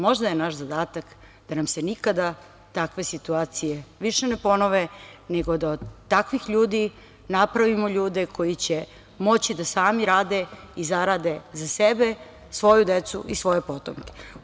Možda je naš zadatak da nam se nikada takve situacije više ne ponove, nego da od takvih ljudi napravimo ljude koji će moći da same rade i zarade za sebe, svoju dece i svoje potomke.